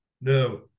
No